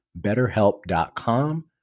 betterhelp.com